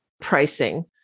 pricing